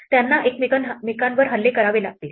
त्यांना एकमेकांवर हल्ले करावे लागतील